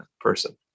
person